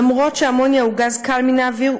אף שאמוניה היא גז קל מן האוויר,